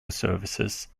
services